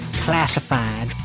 classified